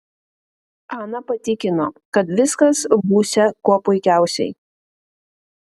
ana patikino kad viskas būsią kuo puikiausiai